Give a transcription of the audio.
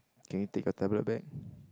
can you take your tablet back